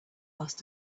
must